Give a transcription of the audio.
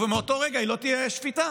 ומאותו רגע היא לא תהיה שפיטה